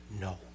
no